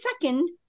second